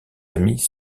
amis